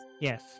Yes